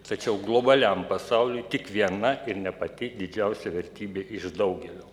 tačiau globaliam pasauliui tik viena ir ne pati didžiausia vertybė iš daugelio